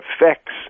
effects